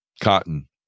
cotton